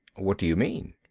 what do you mean?